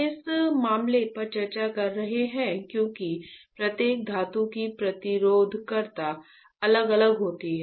हम इस मामले पर चर्चा कर रहे हैं क्योंकि प्रत्येक धातु की प्रतिरोधकता अलग अलग होगी